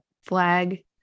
flag